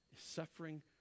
suffering